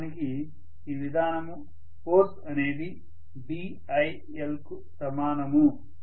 వాస్తవానికి ఈ విధానము ఫోర్స్ అనేది Bilకు సమానము